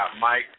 Mike